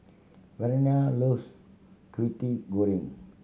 Verena loves Kwetiau Goreng